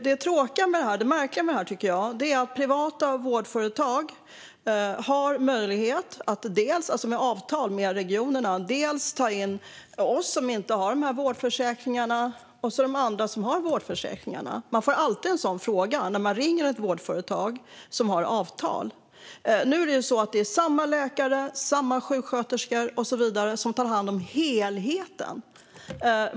Det tråkiga och märkliga med detta är att privata vårdföretag har möjlighet att genom avtal med regionerna dels ta in oss som inte har vårdförsäkringar, dels de andra, som har det. Man får alltid en sådan fråga när man ringer ett vårdföretag som har avtal. Det är samma läkare, samma sjuksköterskor och så vidare som tar hand om helheten.